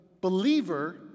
believer